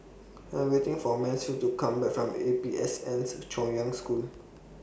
I'm waiting For Mansfield to Come Back from A P S N Chaoyang School